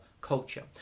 culture